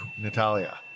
natalia